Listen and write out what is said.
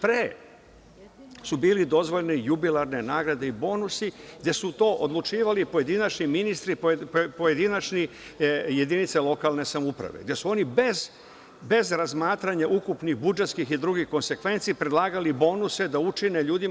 Pre su bile dozvoljene jubilarne nagrade i bonusi gde su to odlučivali pojedinačni ministri, pojedinačne jedinice lokalne samouprave, gde su bez razmatranja ukupnih budžetskih i drugih konsekvenci predlagali bonuse da učine ljudima.